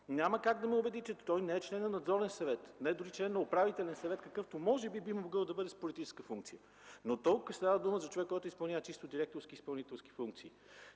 Няма как да ме убедите – той не е член на Надзорен съвет, не е дори член на Управителен съвет, какъвто може би би могъл да бъде с политическа функция. Тук става дума за човек, който изпълнява чисто директорски изпълнителски функции.